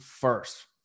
first